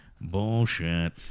Bullshit